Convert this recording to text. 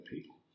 people